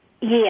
Yes